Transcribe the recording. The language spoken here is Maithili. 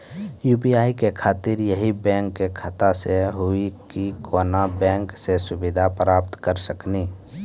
यु.पी.आई के खातिर यही बैंक के खाता से हुई की कोनो बैंक से सुविधा प्राप्त करऽ सकनी?